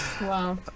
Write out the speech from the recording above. Wow